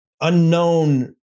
unknown